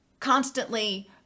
constantly